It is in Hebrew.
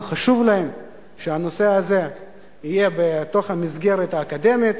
חשוב להם שהנושא הזה יהיה בתוך המסגרת האקדמית,